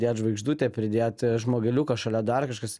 pridėt žvaigždutę pridėt žmogeliuką šalia dar kažkas